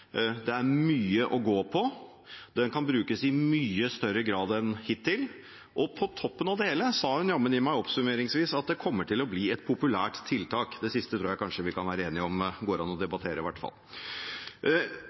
det er mye å gå på, og at den kan brukes i mye større grad enn hittil. På toppen av det hele sa hun jammen, oppsummert, at det kommer til å bli et populært tiltak. Det siste tror jeg vi kan være enige om